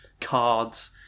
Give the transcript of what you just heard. cards